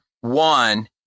one